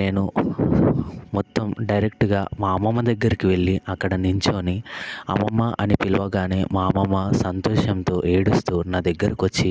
నేను మొత్తం డైరెక్ట్గా మా అమ్మమ్మ దగ్గరికి వెళ్ళి అక్కడ నిల్చోని అమ్మమ్మ అని పిలవగానే మా అమ్మమ్మ సంతోషంతో ఏడుస్తూ నా దగ్గరకు వచ్చి